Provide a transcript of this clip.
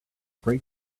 great